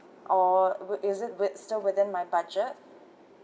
or with is it with still within my budget